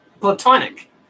platonic